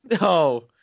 No